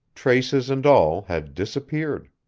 traces and all had disappeared.